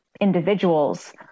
individuals